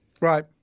Right